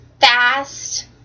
fast